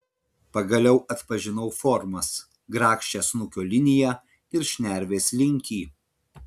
pagaliau atpažinau formas grakščią snukio liniją ir šnervės linkį